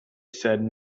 said